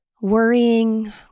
worrying